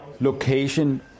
location